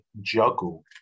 juggle